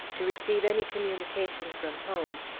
to receive any communication from home,